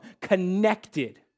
connected